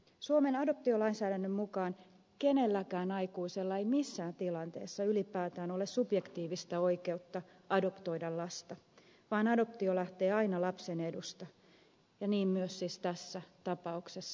suomen adoptiolainsäädännön mukaan kenelläkään aikuisella ei missään tilanteessa ylipäätään ole subjektiivista oikeutta adoptoida lasta vaan adoptio lähtee aina lapsen edusta ja niin myös siis tässä tapauksessa